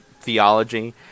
theology